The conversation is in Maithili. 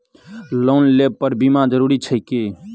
लोन लेबऽ पर बीमा जरूरी छैक की?